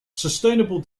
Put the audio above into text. sustainable